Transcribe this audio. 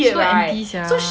so anti sia